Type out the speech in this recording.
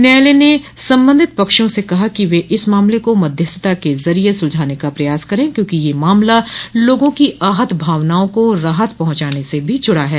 न्यायालय ने संबंधित पक्षो से कहा कि वे इस मामले को मध्यस्थता के जरिए सुलझाने का प्रयास करें क्योंकि यह मामला लोगों की आहत भावनाओं को राहत पहुंचाने से भी जुड़ा है